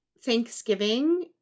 Thanksgiving